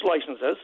licenses